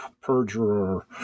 perjurer